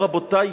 רבותי,